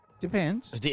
Depends